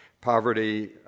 Poverty